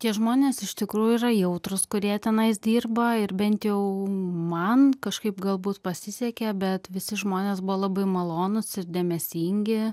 tie žmonės iš tikrųjų yra jautrūs kurie tenais dirba ir bent jau man kažkaip galbūt pasisekė bet visi žmonės buvo labai malonūs ir dėmesingi